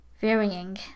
varying